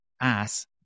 ass